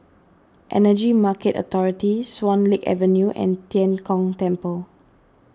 Energy Market Authority Swan Lake Avenue and Tian Kong Temple